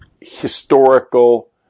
historical